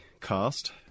cast